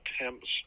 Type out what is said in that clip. attempts